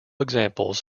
examples